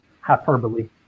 hyperbole